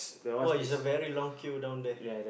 !wah! is a very long queue down there